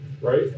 right